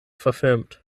verfilmt